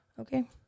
Okay